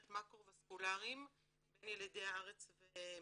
מקרו וסקולאריים בין ילידי הארץ ומהגרים,